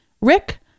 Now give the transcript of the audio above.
Rick